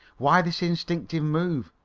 why this instinctive move?